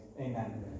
Amen